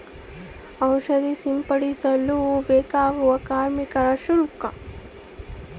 ಔಷಧಿ ಸಿಂಪಡಿಸಲು ಬೇಕಾಗುವ ಕಾರ್ಮಿಕ ಶುಲ್ಕ?